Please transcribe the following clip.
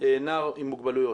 נער עם מוגבלויות.